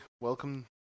welcome